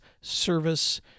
service